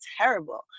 terrible